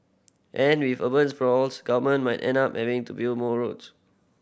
and with urban sprawls government might end up having to build more roads